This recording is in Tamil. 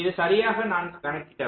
இது சரியாக நான் கணக்கிட்டவை